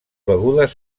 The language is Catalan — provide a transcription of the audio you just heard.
begudes